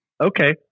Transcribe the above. Okay